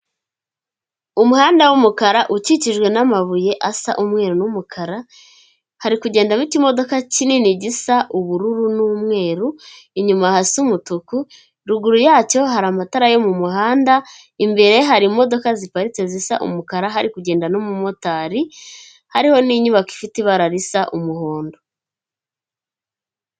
Umuhanda w'umukara ukikijwe n'amabuye asa umweru n'umukara hari kugenda mo ikimodoka kinini gisa ubururu n'umweru inyuma hasi umutuku ruguru yacyo hari amatara yo mu muhanda imbere hari imodoka ziparitse zisa umukara hari kugenda n'umumotari hariho n'inyubako ifite ibara risa umuhondo.